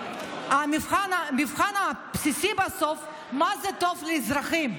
המבחן הבסיסי בסוף הוא מה טוב לאזרחים.